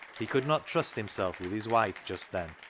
he could not trust himself with his wife just then,